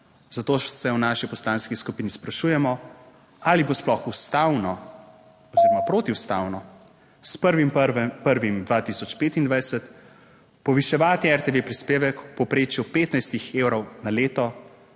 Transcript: Zato se v naši poslanski skupini sprašujemo, ali bo sploh ustavno oziroma protiustavno s 1. 1. 2025 poviševati RTV prispevek v povprečju 15 evrov na leto